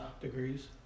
degrees